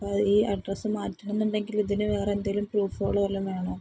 അപ്പം ഈ അഡ്രസ്സ് മാറ്റണമെന്നുണ്ടെങ്കിൽ ഇതിന് വേറെ എന്തേലും പ്രൂഫുകളും എല്ലാം വേണമോ